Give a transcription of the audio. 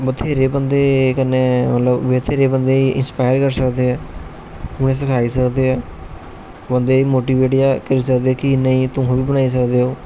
बथ्हेरे बंदे कन्नै मतलब बथ्हेरे बंदे गी इंसपाइर करी सकदे ऐ उनें गी सिखाई सकदे ऐ बंदे गी मोटीवेट जां करी सकदे जां नेईं तुस बी बनाई सकदे ओ